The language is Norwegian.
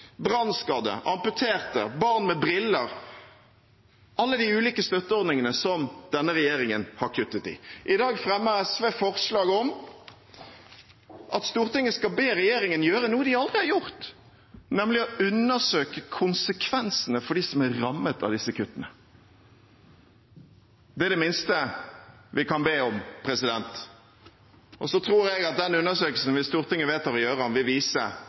brannskadde, amputerte, barn med briller – alle de ulike støtteordningene som denne regjeringen har kuttet i. I dag fremmer SV forslag om at Stortinget skal be regjeringen gjøre noe de aldri har gjort, nemlig undersøke konsekvensene for dem som er rammet av disse kuttene. Det er det minste vi kan be om. Jeg tror at den undersøkelsen – hvis Stortinget vedtar å gjennomføre den – vil vise